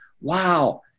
wow